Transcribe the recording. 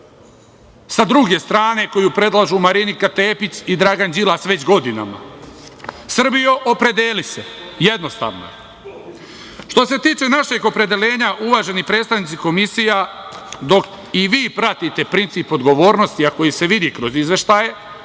sa druge strane koju predlažu Marinika Tepić i Dragan Đilas već godinama. Srbijo, opredeli se, jednostavno je. Što se tiče našeg opredeljenja, uvaženi predstavnici komisija, dok i vi pratite princip odgovornosti, a koji se vidi kroz izveštaje,